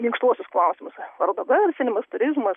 minkštuosius klausimus vardo garsinimas turizmas